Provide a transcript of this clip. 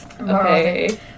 Okay